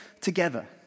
together